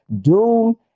Doom